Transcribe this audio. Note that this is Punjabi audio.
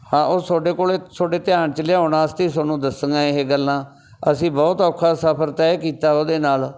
ਹਾਂ ਉਹ ਤੁਹਾਡੇ ਕੋਲ ਤੁਹਾਡੇ ਧਿਆਨ 'ਚ ਲਿਆਉਣ ਵਾਸਤੇ ਤੁਹਾਨੂੰ ਦੱਸਣਾ ਇਹ ਗੱਲਾਂ ਅਸੀਂ ਬਹੁਤ ਔਖਾ ਸਫ਼ਰ ਤੈਅ ਕੀਤਾ ਉਹਦੇ ਨਾਲ